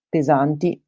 pesanti